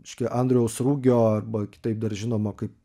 reiškia andriaus rugio arba kitaip dar žinomo kaip